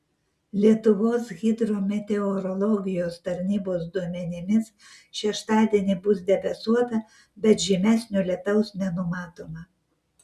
lietuvos hidrometeorologijos tarnybos duomenimis šeštadienį bus debesuota bet žymesnio lietaus nenumatoma